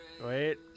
Wait